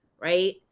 right